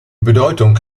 bedeutung